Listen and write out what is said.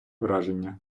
враження